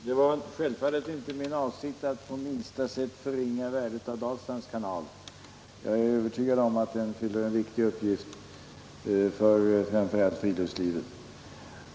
Herr talman! Det var självfallet inte min avsikt att på minsta sätt förringa värdet av Dalslands kanal. Jag är övertygad om att den fyller en viktig uppgift för framför allt friluftslivet.